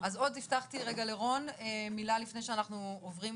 אז הבטחתי לרון, מילה לפני שאנחנו עוברים